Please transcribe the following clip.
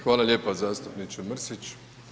Hvala lijepa zastupniče Mrsić.